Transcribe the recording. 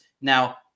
Now